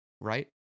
right